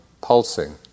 pulsing